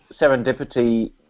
serendipity